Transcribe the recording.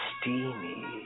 steamy